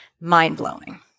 mind-blowing